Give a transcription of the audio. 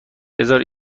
بزار